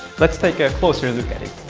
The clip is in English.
let's take a closer look at it.